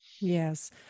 Yes